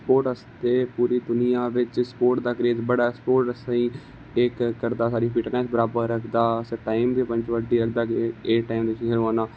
sports आस्तै पूरी दुनिया बिच स्पोटस दा क्रेज बड़ा ऐ स्पोटस असेंगी इक केह् करदा कि साढ़ी फिटनेस बराबर रखदा अस टाइम दे पंक्चुल होई जन्ने आं